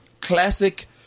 classic